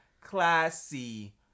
classy